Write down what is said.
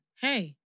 Hey